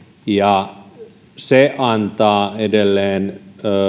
ja se antaa edelleen